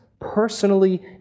personally